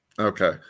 Okay